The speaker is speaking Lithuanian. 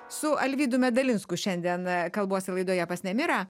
su alvydu medalinsku šiandien kalbuosi laidoje pas nemirą